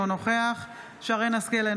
אינו נוכח שרן מרים השכל,